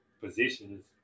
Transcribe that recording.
positions